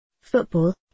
Football